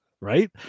Right